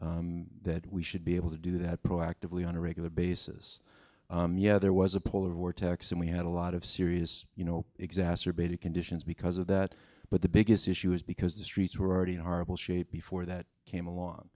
streets that we should be able to do that proactively on a regular basis yeah there was a polar vortex and we had a lot of serious you know exacerbated conditions because of that but the biggest issue is because the streets were already in horrible shape before that came along